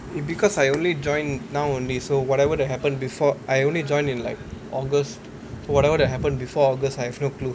it because I only join now only so whatever that happen before I only join in like august so whatever that happen before august I have no clue